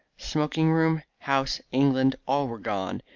smoking-room house, england, all were gone,